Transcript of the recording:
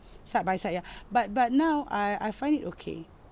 side by side ya but but now I I find it okay